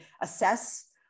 assess